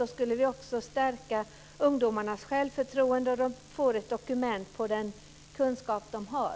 Då skulle vi också stärka ungdomarnas självförtroende, och de får då ett dokument på den kunskap som de har.